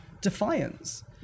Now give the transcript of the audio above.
defiance